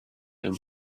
him